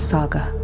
Saga